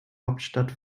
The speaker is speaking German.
hauptstadt